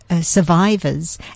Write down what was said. survivors